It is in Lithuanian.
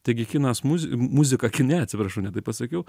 taigi kinas muz muzika kine atsiprašau ne taip pasakiau